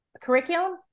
curriculum